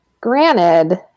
granted